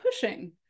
pushing